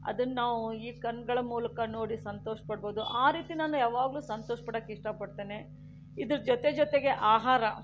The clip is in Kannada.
ಅದನ್ನಾವು ಈ ಕಣ್ಣುಗಳ ಮೂಲಕ ನೋಡಿ ಸಂತೋಷಪಡ್ಬೋದು ಆ ರೀತಿ ನಾನು ಯಾವಾಗಲೂ ಸಂತೋಷಪಡಕ್ಕೆ ಇಷ್ಟಪಡ್ತೇನೆ ಇದರ ಜೊತೆ ಜೊತೆಗೆ ಆಹಾರ